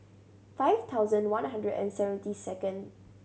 five thousand one hundred and seventy second